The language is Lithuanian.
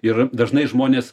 ir dažnai žmonės